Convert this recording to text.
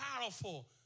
powerful